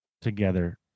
together